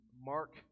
Mark